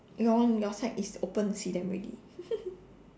your one your side is open you see them already